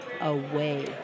away